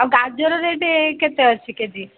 ଆଉ ଗାଜର ରେଟ୍ କେତେ ଅଛି କେ ଜି